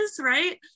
right